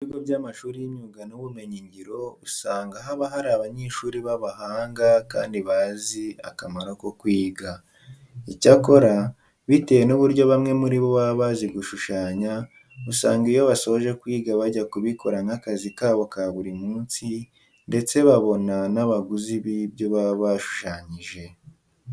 Mu bigo by'amashuri y'imyuga n'ubumenyingiro usanga haba hari abanyeshuri b'abahanga kandi bazi akamaro ko kwiga. Icyakora bitewe n'uburyo bamwe muri bo baba bazi gushushanya, usanga iyo basoje kwiga bajya kubikora nk'akazi kabo ka buri munsi ndetse babona n'abaguzi b'ibyo baba bashushanyije.